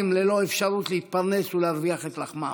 ללא אפשרות להתפרנס ולהרוויח את לחמם.